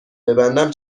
ببندم